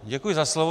Děkuji za slovo.